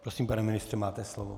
Prosím, pane ministře, máte slovo.